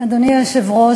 אדוני היושב-ראש,